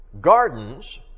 Gardens